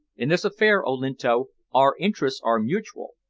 in this affair, olinto, our interests are mutual,